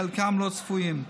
חלקם לא צפויים,